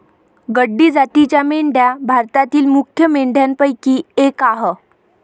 गड्डी जातीच्या मेंढ्या भारतातील मुख्य मेंढ्यांपैकी एक आह